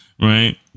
right